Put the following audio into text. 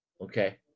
Okay